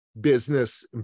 business